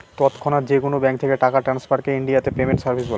তৎক্ষণাৎ যেকোনো ব্যাঙ্ক থেকে টাকা ট্রান্সফারকে ইনডিয়াতে পেমেন্ট সার্ভিস বলে